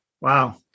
Wow